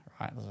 right